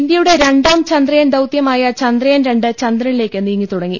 ഇന്ത്യയുടെ രണ്ടാം ചന്ദ്രയാൻ ദൌത്യമായ ചന്ദ്രയാൻ രണ്ട് ചന്ദ്ര നിലേക്ക് നീങ്ങിത്തുടങ്ങി